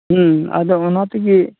ᱦᱮᱸ ᱟᱫᱚ ᱚᱱᱟᱛᱮᱜᱮ